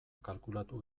kalkulatu